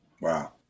Wow